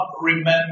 remember